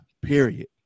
Period